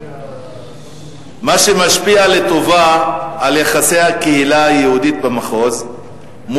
מה שמשפיע לטובה על יחסי הקהילה היהודית במחוז עם